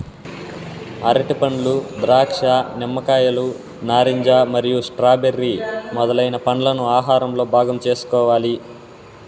అరటిపండ్లు, ద్రాక్ష, నిమ్మకాయలు, నారింజ మరియు స్ట్రాబెర్రీ మొదలైన పండ్లను ఆహారంలో భాగం చేసుకోవాలి